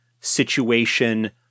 situation